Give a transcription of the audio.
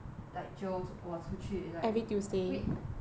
like jio 我出去 like it cause